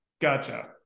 Gotcha